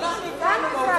אנחנו הפרענו לו.